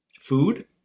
Food